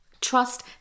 Trust